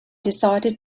decided